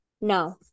No